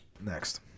Next